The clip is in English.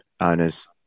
owners